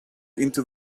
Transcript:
into